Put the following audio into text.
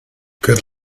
good